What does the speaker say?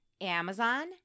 Amazon